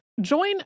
Join